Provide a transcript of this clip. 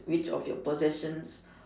which of your possessions